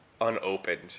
unopened